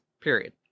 Period